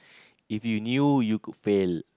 if you knew you could fail